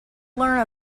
learn